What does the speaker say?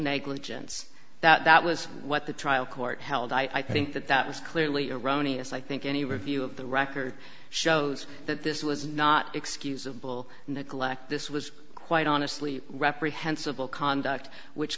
negligence that was what the trial court held i think that that was clearly erroneous i think any review of the record shows that this was not excusable neglect this was quite honestly reprehensible conduct which